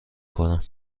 کنم